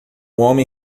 homem